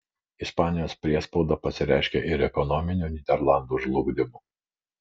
ispanijos priespauda pasireiškė ir ekonominiu nyderlandų žlugdymu